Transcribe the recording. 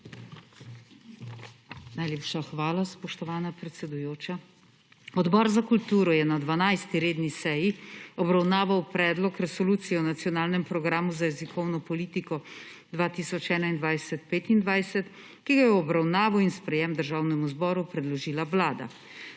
Najlepša hvala, spoštovana predsedujoča. Odbor za kulturo je na 12. redni seji obravnaval predlog resolucije o nacionalnem programu za jezikovno politiko 2021-2025, ki ga je v obravnavo in sprejem Državnemu zboru predložila vlada.